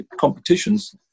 competitions